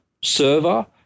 server